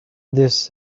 this